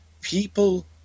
People